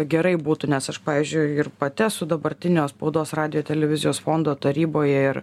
gerai būtų nes aš pavyzdžiui ir pati esu dabartinio spaudos radijo televizijos fondo taryboje ir